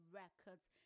records